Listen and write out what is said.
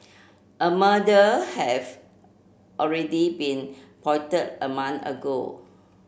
a murder have already been plotted a month ago